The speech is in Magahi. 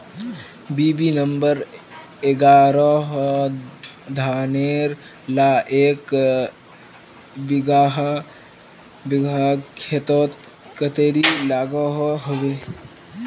बी.बी नंबर एगारोह धानेर ला एक बिगहा खेतोत कतेरी लागोहो होबे?